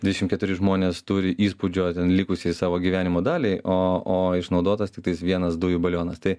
dvidešimt keturi žmonės turi įspūdžio ten likusiai savo gyvenimo daliai o o išnaudotas tiktais vienas dujų balionas tai